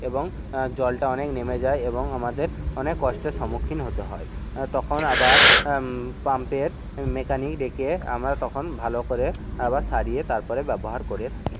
এবং জলটা অনেক নেমে যায় এবং আমাদের অনেক কষ্টের সমুখীন হতে হয় তখন আবার পাম্পের মেকানিক ডেকে আমরা তখন ভালো করে আবার সারিয়ে তারপরে ব্যবহার করে থাকি